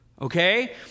Okay